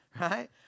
right